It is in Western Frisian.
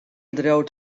bedriuw